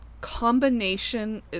combination